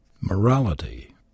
Morality